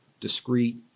discrete